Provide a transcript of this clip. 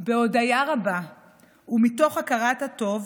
בהודיה רבה ומתוך הכרת הטוב,